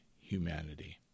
humanity